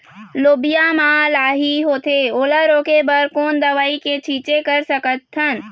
लोबिया मा लाही होथे ओला रोके बर कोन दवई के छीचें कर सकथन?